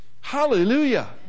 Hallelujah